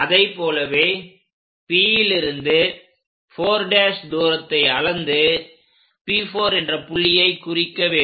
அதை போலவே Pலிருந்து 4' தூரத்தை அளந்து P4 என்ற புள்ளியை குறிக்க வேண்டும்